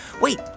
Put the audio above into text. Wait